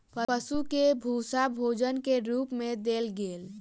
पशु के भूस्सा भोजन के रूप मे देल गेल